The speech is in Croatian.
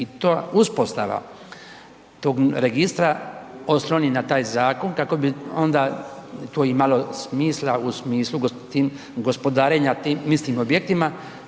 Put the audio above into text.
i to uspostava tog registra osloni na taj zakon kako bi onda to imalo smisla u smislu gospodarenja tim mislim objektima